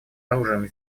оружием